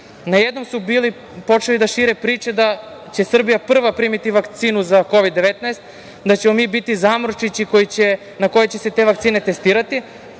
Najednom su bili počeli da šire priče da će Srbija prva primiti vakcinu za Kovid 19, da ćemo mi biti zamorčići na koje će se te vakcine testirati,